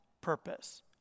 purpose